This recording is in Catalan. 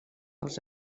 els